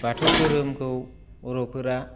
बाथौ धोरोमखौ बर'फोरा